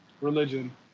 religion